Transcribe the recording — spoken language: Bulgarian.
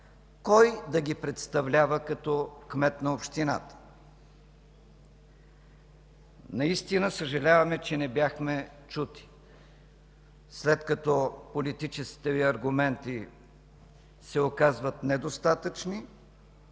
кой да ги представлява като кмет на общината. Наистина съжаляваме, че не бяхме чути. След като политическите Ви аргументи се оказват недостатъчни,